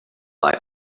life